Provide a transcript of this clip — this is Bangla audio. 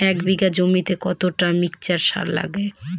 এক বিঘা জমিতে কতটা মিক্সচার সার লাগে?